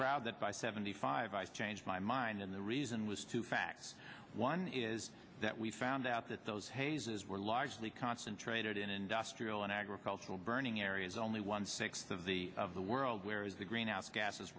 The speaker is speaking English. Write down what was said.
proud that by seventy five i changed my mind and the reason was to fact one is that we found out that those hayes's were largely const traded in industrial and agricultural burning areas only one sixth of the of the world where is the greenhouse gases